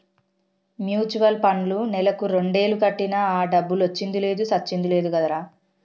mutual పండ్లో నెలకు రెండేలు కట్టినా ఆ డబ్బులొచ్చింది లేదు సచ్చింది లేదు కదరా